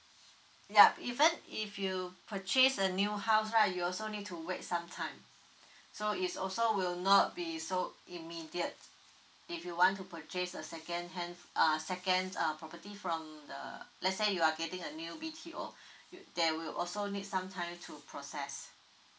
yup even if you purchase a new house right you also need to wait some time so is also will not be so immediate if you want to purchase a second hand err second uh property from the let's say you are getting a new B_T_O they will also need some time to process